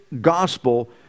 gospel